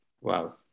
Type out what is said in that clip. Wow